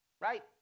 right